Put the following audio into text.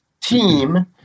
team